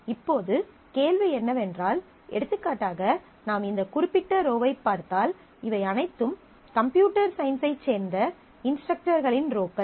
இப்போது கேள்வி என்னவென்றால் எடுத்துக்காட்டாக நாம் இந்த குறிப்பிட்ட ரோவைப் பார்த்தால் இவை அனைத்தும் கம்ப்யூட்டர் சயின்ஸைச் சேர்ந்த இன்ஸ்ட்ரக்டர்களின் ரோக்கள்